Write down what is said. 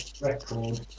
record